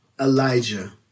Elijah